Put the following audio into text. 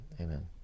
amen